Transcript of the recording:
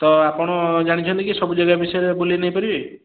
ତ ଆପଣ ଜାଣିଛନ୍ତି କି ସବୁ ଯାଗା ବିଷୟରେ ବୁଲାଇ ନେଇ ପାରିବେ